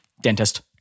Dentist